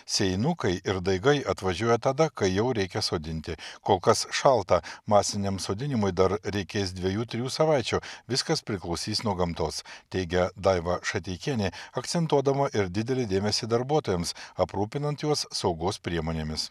sėjinukai ir daigai atvažiuoja tada kai jau reikia sodinti kol kas šalta masiniam sodinimui dar reikės dviejų trijų savaičių viskas priklausys nuo gamtos teigia daiva šateikienė akcentuodama ir didelį dėmesį darbuotojams aprūpinant juos saugos priemonėmis